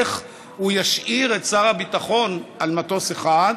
איך הוא ישאיר את שר הביטחון על מטוס אחד,